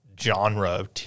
genre